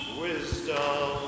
Wisdom